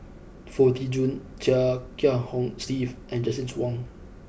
Foo Tee Jun Chia Kiah Hong Steve and Justin Zhuang